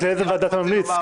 רק לאיזו ועדה אתה ממליץ.